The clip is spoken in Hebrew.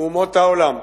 אומות העולם: